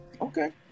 Okay